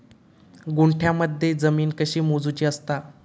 गुंठयामध्ये जमीन कशी मोजूची असता?